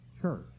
church